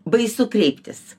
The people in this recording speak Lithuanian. baisu kreiptis